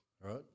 Right